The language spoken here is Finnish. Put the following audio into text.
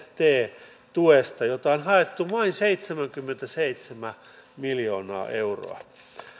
t tuesta jota on haettu vain seitsemänkymmentäseitsemän miljoonaa euroa